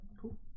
Cool